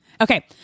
Okay